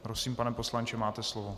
Prosím, pane poslanče, máte slovo.